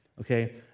okay